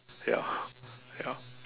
ya ya